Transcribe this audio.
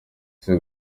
ese